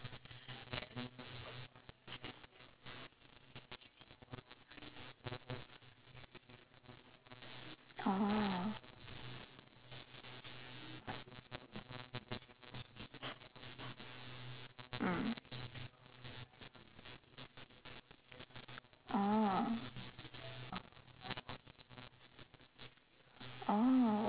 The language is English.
oh mm oh oh